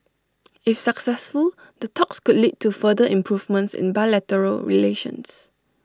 if successful the talks could lead to further improvements in bilateral relations